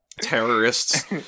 terrorists